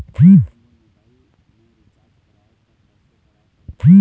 अगर मोर मोबाइल मे रिचार्ज कराए त कैसे कराए पड़ही?